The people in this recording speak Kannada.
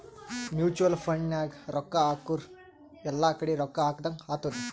ಮುಚುವಲ್ ಫಂಡ್ ನಾಗ್ ರೊಕ್ಕಾ ಹಾಕುರ್ ಎಲ್ಲಾ ಕಡಿ ರೊಕ್ಕಾ ಹಾಕದಂಗ್ ಆತ್ತುದ್